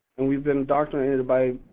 and we've been indoctrinated by